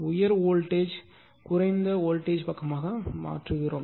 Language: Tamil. உயர் வோல்டேஜ் குறைந்த வோல்டேஜ் பக்கமாக மாற்றுகிறோம்